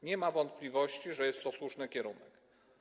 Nie ma wątpliwości, że jest to słuszny kierunek.